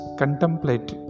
contemplate